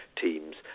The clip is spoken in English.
teams